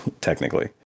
technically